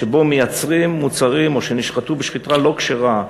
שמייצרים מוצרים או שנשחטו בשחיטה לא כשרה,